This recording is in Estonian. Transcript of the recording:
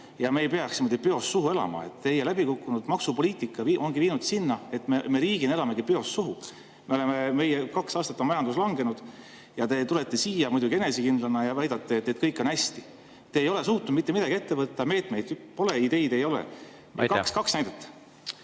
me ei peaks niimoodi peost suhu elama. Teie läbikukkunud maksupoliitika ongi viinud sinna, et me riigina elame peost suhu. Kaks aastat on majandus langenud, aga te tulete siia muidugi enesekindlana ja väidate, et kõik on hästi. Te ei ole suutnud mitte midagi ette võtta, meetmeid pole, ideid ei ole. Vaid kaks näidet.